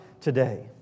today